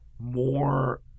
more